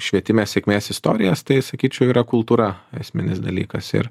švietime sėkmės istorijas tai sakyčiau yra kultūra esminis dalykas ir